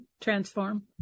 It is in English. transform